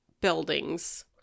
buildings